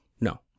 no